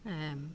ऐं